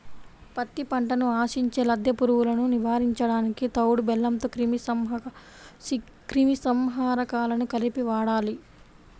పత్తి పంటను ఆశించే లద్దె పురుగులను నివారించడానికి తవుడు బెల్లంలో క్రిమి సంహారకాలను కలిపి వాడాలి